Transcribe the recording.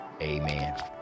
amen